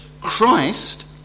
Christ